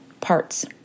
parts